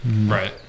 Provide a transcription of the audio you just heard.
Right